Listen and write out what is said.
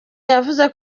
yavuze